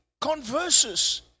converses